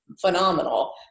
phenomenal